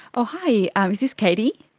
oh hi, um is this katie?